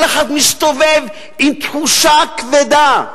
כל אחד מסתובב עם תחושה כבדה,